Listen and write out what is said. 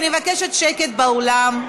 אני מבקשת שקט באולם.